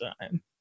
time